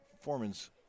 Foreman's